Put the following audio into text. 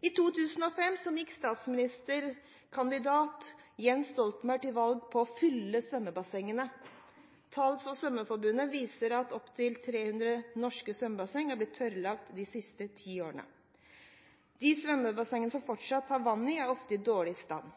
I 2005 gikk statsministerkandidat Jens Stoltenberg til valg på å fylle svømmebassengene. Tall fra Norges Svømmeforbund viser at opptil 300 norske svømmebassenger har blitt tørrlagt de siste ti årene. De svømmebassengene som fortsatt har vann, er ofte i dårlig stand.